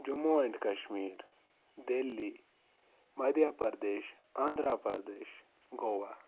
Jammu and Kashmir Delhi Madhya Pradesh Andhra Pradesh Goa